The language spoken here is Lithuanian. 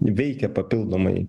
veikia papildomai